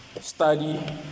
study